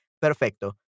perfecto